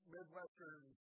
Midwestern